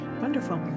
wonderful